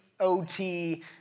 OT